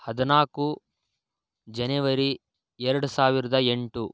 ಹದಿನಾಲ್ಕು ಜನವರಿ ಎರಡು ಸಾವಿರದ ಎಂಟು